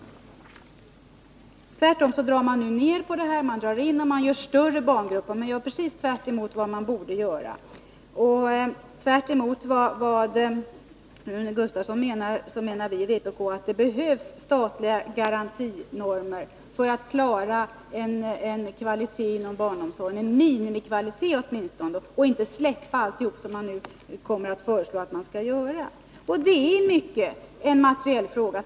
Man gör precis tvärtemot vad man borde göra: man drar ned på personalen och gör barngrupperna större. Tvärtemot Rune Gustavsson menar vi i vpk att det behövs statliga garantinormer för att klara åtminstone en minimikvalitet inom barnomsorgen. Man får inte släppa alltihop, som det nu kommer att förelås att man skall göra. Kvaliteten är i mycket en materiell fråga.